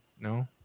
No